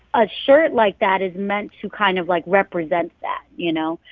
a shirt like that is meant to kind of, like, represent that, you know?